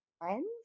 friends